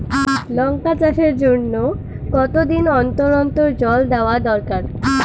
লঙ্কা চাষের জন্যে কতদিন অন্তর অন্তর জল দেওয়া দরকার?